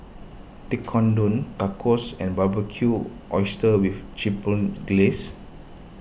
Tekkadon Tacos and Barbecued Oysters with Chipotle Glaze